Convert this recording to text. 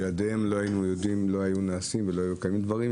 בלעדיהם הדברים לא היו נעשים ולא היו קיימים דברים.